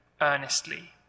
earnestly